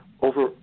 over